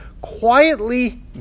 Quietly